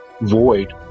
void